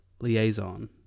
liaison